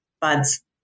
buds